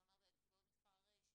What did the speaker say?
אתה אומר בעוד מספר שבועות,